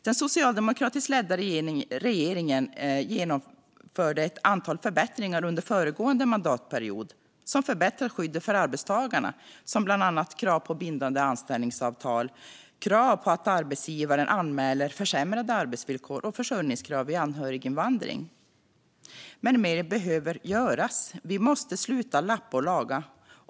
Den socialdemokratiskt ledda regeringen genomförde ett antal förbättringar under föregående mandatperiod som förbättrar skyddet för arbetstagarna, bland annat krav på bindande anställningsavtal, krav på att arbetsgivaren anmäler försämrade arbetsvillkor och försörjningskrav vid anhöriginvandring. Men mer behöver göras. Vi måste sluta att lappa och laga.